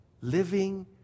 living